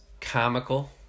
comical